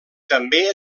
també